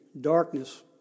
darkness